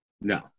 No